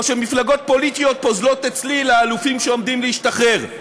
או שמפלגות פוליטיות פוזלות אצלי לאלופים שעומדים להשתחרר.